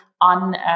on